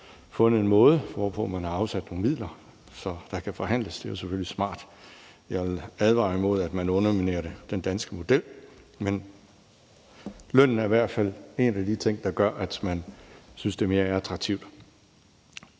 fundet en måde, hvorpå man har afsat nogle midler, så der kan forhandles. Det er selvfølgelig smart, men jeg vil advare imod, at man underminerer den danske model. Men lønnen er i hvert fald en af de ting, der gør, at man synes, det er mere attraktivt.